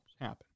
happen